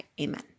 amen